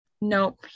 Nope